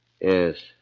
Yes